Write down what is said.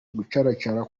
gucaracara